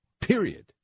Period